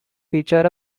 feature